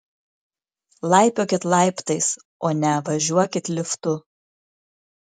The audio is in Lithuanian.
laipiokit laiptais o ne važiuokit liftu